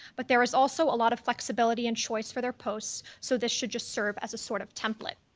but there is also a lot of flexibility and choice for their posts, so this should just serve as a sort of template.